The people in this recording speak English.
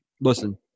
Listen